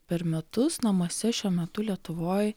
per metus namuose šiuo metu lietuvoj